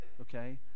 okay